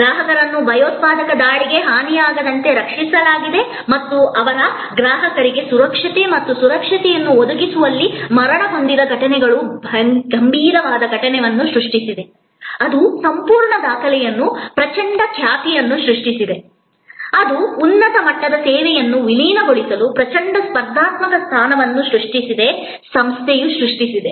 ಗ್ರಾಹಕರನ್ನು ಭಯೋತ್ಪಾದಕ ದಾಳಿಗೆ ಹಾನಿಯಾಗದಂತೆ ರಕ್ಷಿಸಲಾಗಿದೆ ಮತ್ತು ಅವರ ಗ್ರಾಹಕರಿಗೆ ಸುರಕ್ಷತೆ ಮತ್ತು ಸುರಕ್ಷತೆಯನ್ನು ಒದಗಿಸುವಲ್ಲಿ ಮರಣಹೊಂದಿದ ಘಟನೆಗಳು ಗಂಭೀರವಾದ ಘಟನೆಗಳನ್ನು ಸೃಷ್ಟಿಸಿವೆ ಅದು ಸಂಪೂರ್ಣ ದಾಖಲೆಯನ್ನು ಪ್ರಚಂಡ ಖ್ಯಾತಿಯನ್ನು ಸೃಷ್ಟಿಸಿದೆ ಅದು ಉನ್ನತ ಮಟ್ಟದ ಸೇವೆಯನ್ನು ವಿಲೀನಗೊಳಿಸಲು ಪ್ರಚಂಡ ಸ್ಪರ್ಧಾತ್ಮಕ ಸ್ಥಾನವನ್ನು ಸಂಸ್ಥೆಯು ಸೃಷ್ಟಿಸಿದೆ